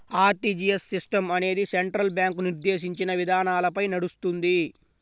RTGS system అనేది central bank నిర్దేశించిన విధానాలపై నడుస్తుంది